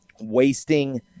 wasting